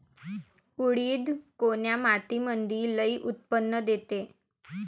उडीद कोन्या मातीमंदी लई उत्पन्न देते?